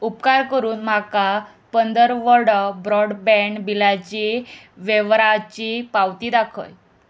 उपकार करून म्हाका पंदर वडो ब्रॉडबँड बिलाची वेव्हाराची पावती दाखय